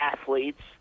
athletes